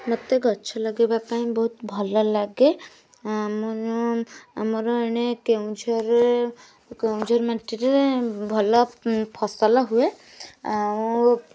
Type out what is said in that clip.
ମୋତେ ଗଛ ଲଗାଇବା ପାଇଁ ବହୁତ ଭଲ ଲାଗେ ଆମର ଏଣେ କେନ୍ଦୁଝରରେ କେନ୍ଦୁଝର ମାଟିରେ ଭଲ ଫସଲ ହୁଏ ଆଉ